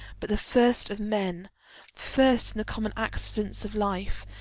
but the first of men first in the common accidents of life,